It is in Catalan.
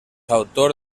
autor